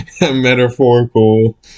Metaphorical